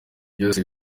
byose